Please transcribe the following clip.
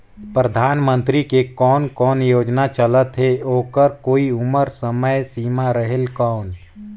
परधानमंतरी के कोन कोन योजना चलत हे ओकर कोई उम्र समय सीमा रेहेल कौन?